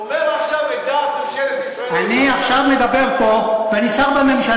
ובתור דוקטור שעזר לרב-המרצחים יאסר ערפאת,